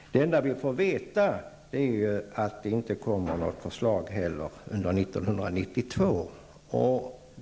Det enda vi får veta är att det inte heller kommer något förslag under 1992.